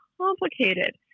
complicated